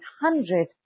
hundred